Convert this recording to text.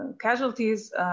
casualties